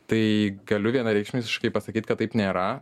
tai galiu vienareikšmiškai pasakyti kad taip nėra